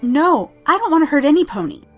no, i don't want to hurt anypony.